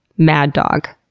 mad dog.